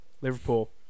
Liverpool